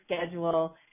schedule